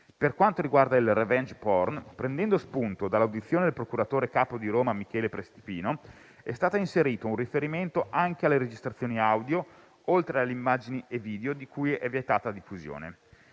Per quanto riguarda il *revenge porn*, prendendo spunto dall'audizione del procuratore capo di Roma, Michele Prestipino, è stato inserito un riferimento anche alle registrazioni audio, oltre alle immagini e ai video, di cui è vietata la diffusione.